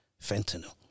fentanyl